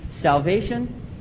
salvation